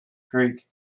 creek